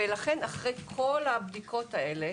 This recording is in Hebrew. לכן אחרי כל הבדיקות האלה